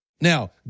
Now